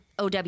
OW